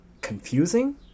Confusing